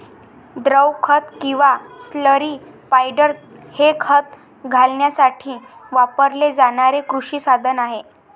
द्रव खत किंवा स्लरी स्पायडर हे खत घालण्यासाठी वापरले जाणारे कृषी साधन आहे